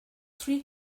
three